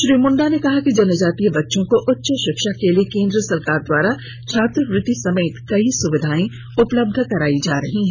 श्री मुंडा ने कहा कि जनजातीय बच्चों को उच्च शिक्षा के लिए केंद्र सरकार द्वारा छात्रवृति समेत कई सुविधायें उपलब्ध कराई जा रही है